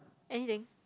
anything